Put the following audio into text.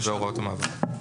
הוראות המעבר.